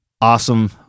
Awesome